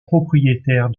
propriétaire